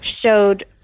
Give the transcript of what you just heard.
showed